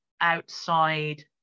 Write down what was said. outside